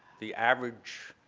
the average,